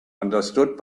understood